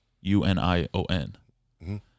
U-N-I-O-N